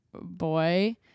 boy